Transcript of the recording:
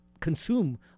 consume